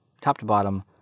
top-to-bottom